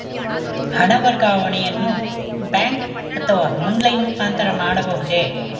ಹಣ ವರ್ಗಾವಣೆಯನ್ನು ಬ್ಯಾಂಕ್ ಅಥವಾ ಆನ್ಲೈನ್ ಮುಖಾಂತರ ಮಾಡಬಹುದೇ?